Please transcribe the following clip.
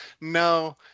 no